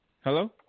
Hello